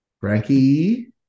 Frankie